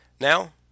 Now